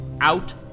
Out